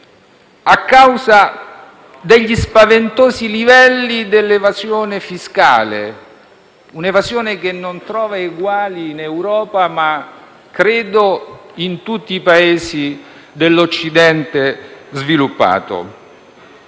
a causa degli spaventosi livelli dell'evasione fiscale, che non trova eguali non solo in Europa, ma - credo - in tutti i Paesi dell'Occidente sviluppato.